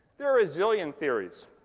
there are a zillion theories.